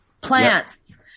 plants